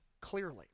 clearly